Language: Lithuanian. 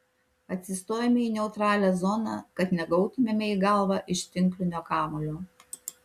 atsistojame į neutralią zoną kad negautumėme į galvą iš tinklinio kamuolio